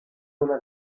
una